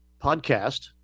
podcast